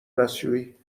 دستشویی